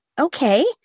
Okay